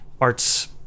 Arts